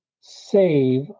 save